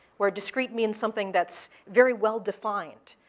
where discrete means something that's very well-defined,